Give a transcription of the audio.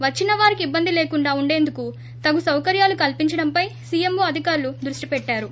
వచ్చిన వారికి ఇబ్బంది లేకుండా ఉండేందుకు తగు సౌకర్యాలు కల్పించడంపై సీఎంవో అధికారులు దృష్టి పెట్టారు